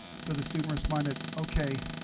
so the student responded okay,